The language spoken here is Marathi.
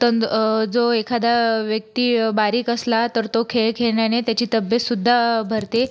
तन जो एखादा व्यक्ती बारीक असला तर तो खेळ खेळण्याने त्याची तब्येत सुद्धा भरते